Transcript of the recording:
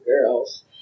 girls